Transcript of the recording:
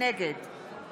נגד